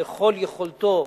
ככל יכולתו,